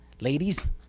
Ladies